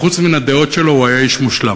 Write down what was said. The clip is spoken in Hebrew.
חוץ מהדעות שלו הוא היה איש מושלם,